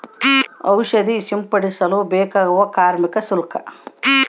ಔಷಧಿ ಸಿಂಪಡಿಸಲು ಬೇಕಾಗುವ ಕಾರ್ಮಿಕ ಶುಲ್ಕ?